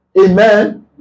amen